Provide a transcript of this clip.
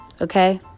Okay